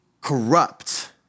corrupt